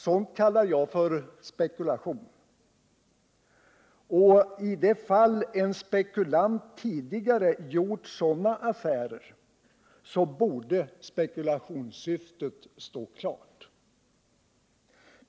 Sådant kallar jag för spekulation, och i de fall en spekulant tidigare gjort sådana affärer borde spekulationssyftet stå klart.